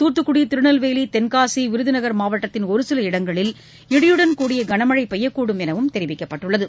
துத்துக்குடி திருநெல்வேலி தென்னசி விருதுநகர் மாவட்டத்தின் ஒருசில இடங்களில் இடியுடன் கூடிய கனமழை பெய்யக்கூடும் எனவும் தெரிவிக்கப்பட்டுள்ளது